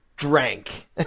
drank